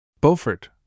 Beaufort